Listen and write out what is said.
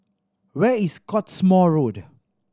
where is Cottesmore Road